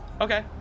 Okay